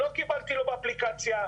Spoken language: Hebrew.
לא קיבלתי לא באפליקציה,